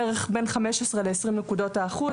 בערך בין 15 20 נקודות האחוז.